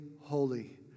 holy